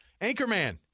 Anchorman